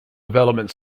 development